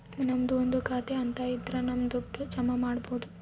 ನಮ್ದು ಒಂದು ಖಾತೆ ಅಂತ ಇದ್ರ ನಮ್ ದುಡ್ಡು ಜಮ ಮಾಡ್ಬೋದು